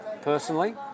Personally